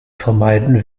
vermeiden